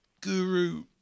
Guru